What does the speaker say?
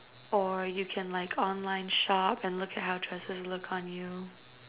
or you can like online shop and look at how dresses look on you